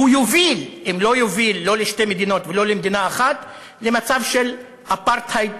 האופציה השנייה היא מדינה אחת, שממנה הזהיר ג'ון